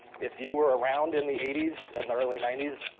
if you were around in the eighty s and the early ninety s,